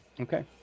Okay